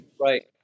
right